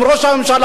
עם ראש הממשלה,